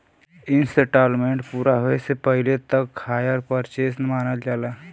instalment पूरा होये से पहिले तक हायर परचेस मानल जाला